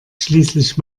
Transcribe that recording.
schließlich